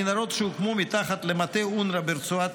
המנהרות שהוקמו מתחת למטה אונר"א ברצועת